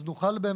אז נוכל באמת,